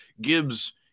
Gibbs